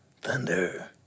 Thunder